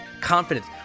confidence